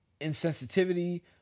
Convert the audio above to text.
insensitivity